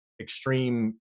extreme